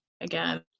Again